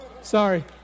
Sorry